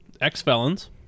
ex-felons